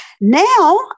now